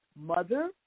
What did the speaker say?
Mother